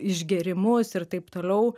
išgėrimus ir taip toliau